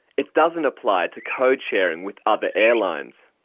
it doesn't apply to code-sharing with other airlines.